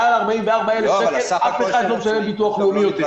מעל 44,000 שקל אף אחד לא משלם ביטוח לאומי.